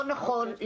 לא נכון,